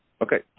Okay